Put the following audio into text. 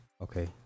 Okay